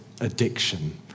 addiction